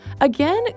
again